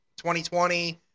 2020